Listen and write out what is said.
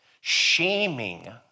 shaming